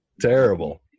Terrible